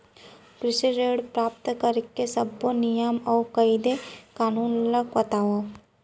कृषि ऋण प्राप्त करेके सब्बो नियम अऊ कायदे कानून ला बतावव?